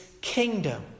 kingdom